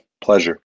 Pleasure